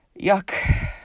Yuck